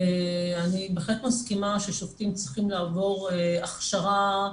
אני בהחלט מסכימה ששופטים צריכים לעבור הכשרה,